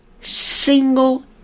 single